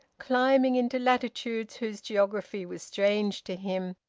climbing into latitudes whose geography was strange to him,